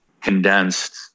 condensed